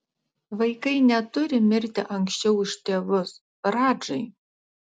vaikai neturi mirti anksčiau už tėvus radžai